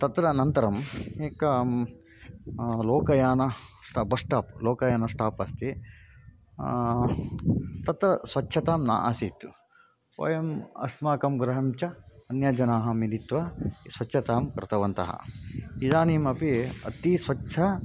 तत्र अनन्तरम् एकं लोकयानं बस् स्टाप् लोकयानं स्टाप् अस्ति तत्र स्वच्छता न आसीत् वयम् अस्माकं गृहं च अन्यजनाः मिलित्वा स्वच्छतां कृतवन्तः इदानीमपि अतीव स्वच्छः